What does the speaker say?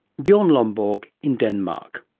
bjorn lomborg in denmark.